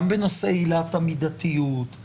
גם בנושא עילת המידתיות,